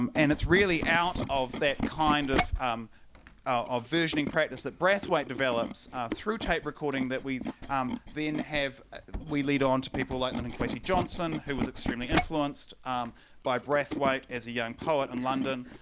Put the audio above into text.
um and it's really out of that kind of of versioning practice that brathwaite develops through tape recording that we then have we lead on to people like linton kwesi johnson who was extremely influenced by brathwaite as a young poet in london